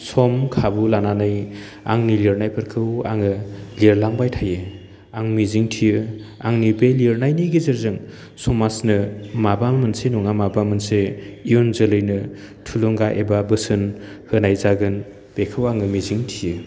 सम खाबु लानानै आंनि लिरनायफोरखौ आङो लिरलांबाय थायो आं मिजिं थियो आंनि बे लिरनायनि गेजेरजों समाजनो माबा मोनसे नङा माबा मोनसे इयुन जोलैनो थुलुंगा एबा बोसोन होनाय जागोन बेखौ आङो मिजिं थियो